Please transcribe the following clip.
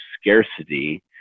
scarcity